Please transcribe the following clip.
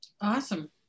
Awesome